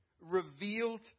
revealed